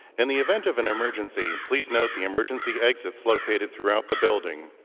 and the event of an emergency, please note the emergency exits located throughout the building.